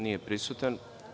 Nije prisutan.